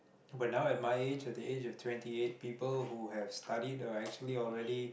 but now at my age at the age of twenty eight people who have studied uh actually already